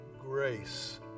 grace